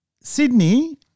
Sydney